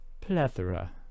Plethora